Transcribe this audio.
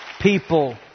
people